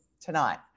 tonight